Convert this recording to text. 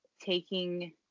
taking